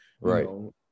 Right